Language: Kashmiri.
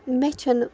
مےٚ چھَنہٕ